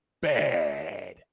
bad